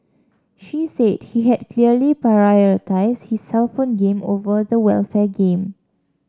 she said he had clearly prioritised his cellphone game over the welfare game